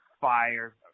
fire